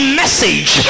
message